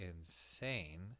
insane